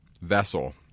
vessel